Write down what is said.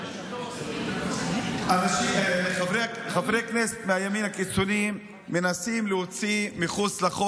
אנשים מהימין הקיצוני מנסים להחרים,